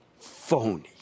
phony